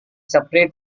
separate